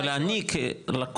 אבל אני כלקוח,